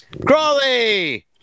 Crawley